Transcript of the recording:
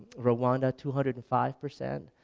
rowanda two hundred and five percent